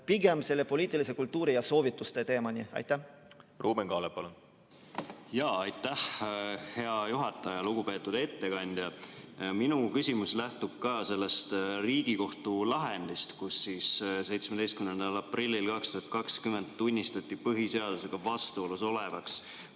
pigem poliitilise kultuuri ja soovituste teemani. Ruuben Kaalep, palun! Aitäh, hea juhataja! Lugupeetud ettekandja! Minu küsimus lähtub ka sellest Riigikohtu lahendist, kus 17. aprillil 2020 tunnistati põhiseadusega vastuolus olevaks